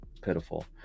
Pitiful